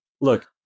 Look